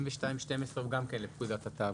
62(12) הוא גם כן לפקודת התעבורה.